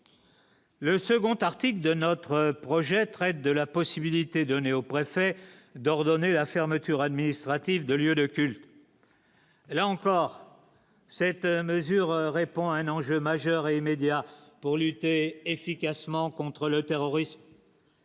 le second article de notre projet, traite de la possibilité donnée au préfet d'ordonner la fermeture administrative de lieux de culte L à encore, cette mesure répond à un enjeu majeur et médias. Pour lutter efficacement contre le terrorisme.